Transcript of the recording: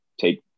take